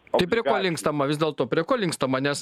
tai prie ko linkstama vis dėlto prie ko linkstama nes